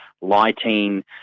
lighting